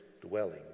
dwelling